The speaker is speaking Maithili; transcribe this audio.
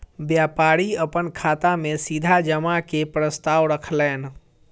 व्यापारी अपन खाता में सीधा जमा के प्रस्ताव रखलैन